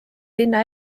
linna